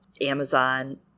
Amazon